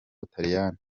butaliyani